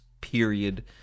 period